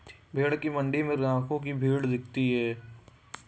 भेंड़ की मण्डी में ग्राहकों की भीड़ दिखती है